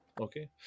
okay